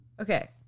Okay